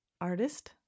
Artist